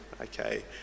okay